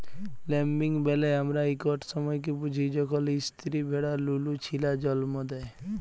lambing ব্যলে আমরা ইকট সময়কে বুঝি যখল ইস্তিরি ভেড়া লুলু ছিলা জল্ম দেয়